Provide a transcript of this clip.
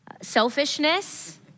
selfishness